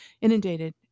inundated